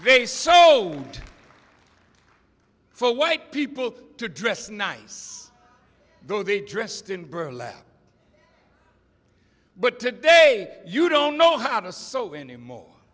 they sold for white people to dress nice though they dressed in burlap but today you don't know how to sew anymore